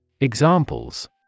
Examples